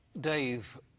Dave